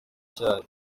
cyayo